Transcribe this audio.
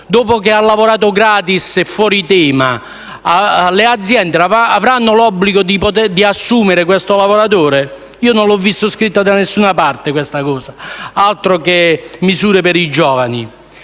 dopo che avrà lavorato gratis e fuori tema, le aziende avranno l'obbligo di assumere questo lavoratore? Non l'ho visto scritto da nessuna parte. Altro che misure per i giovani!